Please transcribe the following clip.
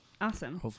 Awesome